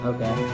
Okay